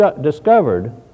discovered